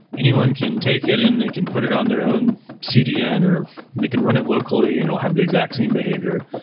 anyone can take it and they can put it on their own cdn, or they can run it locally and it'll have the exact same behavior.